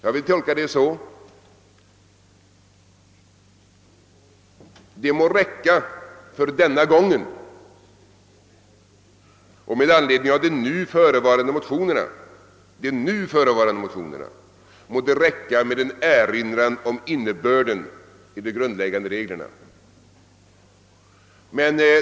Jag tolkar det så, att med anledning av de nu förevarande motionerna må .det för denna gång räcka med en erinran om innebörden i de grundläggande reglerna.